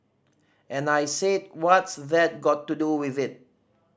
and I said what's that got to do with it